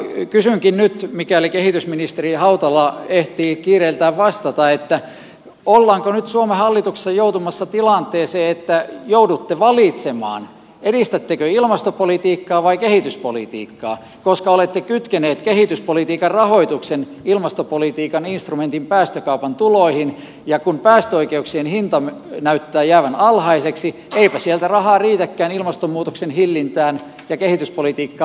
kysynkin nyt mikäli kehitysministeri hautala ehtii kiireiltään vastata ollaanko nyt suomen hallituksessa joutumassa tilanteeseen että joudutte valitsemaan edistättekö ilmastopolitiikkaa vai kehityspolitiikkaa koska olette kytkeneet kehityspolitiikan rahoituksen ilmastopolitiikan instrumentin päästökaupan tuloihin ja kun päästöoikeuksien hinta näyttää jäävän alhaiseksi eipä sieltä rahaa riitäkään molempiin ilmastonmuutoksen hillintään ja kehityspolitiikkaan